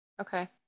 Okay